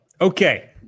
Okay